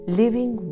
living